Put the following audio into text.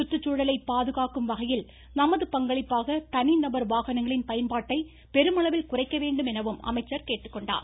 சுற்றுச்சூழலை பாதுகாக்கும் வகையில் நமது பங்களிப்பாக தனிநபர் வாகனங்களின் பயன்பாட்டை பெருமளவில் குறைக்க வேண்டும் என அமைச்சர் கேட்டுக்கொண்டார்